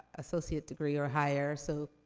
associate degree or higher. so,